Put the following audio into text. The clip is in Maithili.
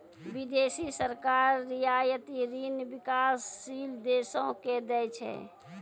बिदेसी सरकार रियायती ऋण बिकासशील देसो के दै छै